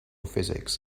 physics